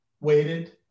waited